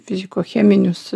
fiziko cheminius